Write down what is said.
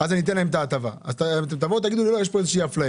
אז אני אתן להם את ההטבה אז תגידו לי שיש פה אפליה,